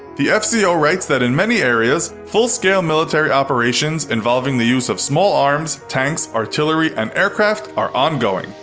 the fco writes that in many areas, full scale military operations involving the use of small arms, tanks, artillery and aircraft are ongoing.